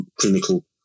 clinical